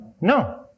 No